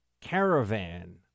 caravan